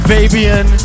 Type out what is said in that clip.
Fabian